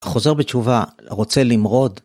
החוזר בתשובה רוצה למרוד.